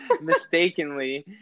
mistakenly